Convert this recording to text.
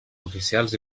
oficials